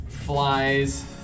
Flies